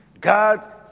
God